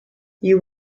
you